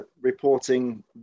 reporting